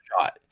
shot